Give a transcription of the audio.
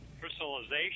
crystallization